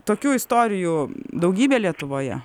tokių istorijų daugybė lietuvoje